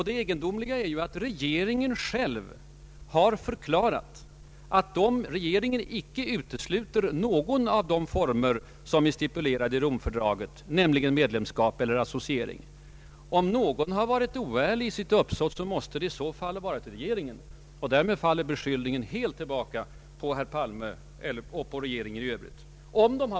Det egendomliga är att regeringen själv har förklarat att den icke utesluter någon av de former som är stipulerade i Romfördraget, d.v.s. medlemskap eller associering. Om någon har varit oärlig i sitt uppsåt, så måste det i så fall ha varit regeringen. Därmed faller beskyllningen helt tillbaka på herr Palme och på regeringen i övrigt.